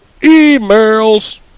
emails